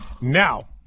Now